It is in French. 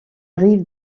rive